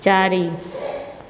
चारि